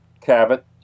Cabot